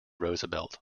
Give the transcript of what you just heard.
roosevelt